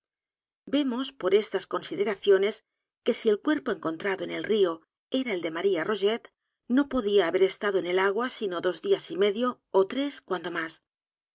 vemos por estas consideraciones que si el cuerpo encontrado en el río era el de maría rogét no podía haber estado en el agua sino dos días y medio ó t r e s cuando más